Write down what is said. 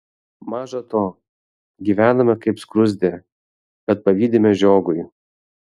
maža to gyvename kaip skruzdė bet pavydime žiogui